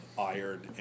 iron